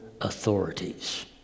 authorities